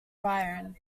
byron